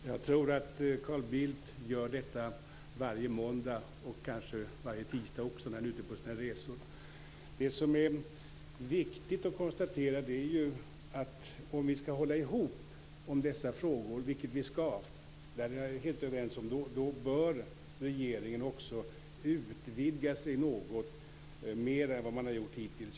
Herr talman! Jag tror att Carl Bildt gör detta varje måndag, kanske varje tisdag också, när han är ute på sina resor. Det som är viktigt att konstatera är att om vi skall hålla ihop om dessa frågor - vilket vi skall, där är vi helt överens - bör regeringen också utvidga sig något mer än hittills.